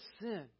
sin